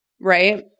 right